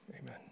amen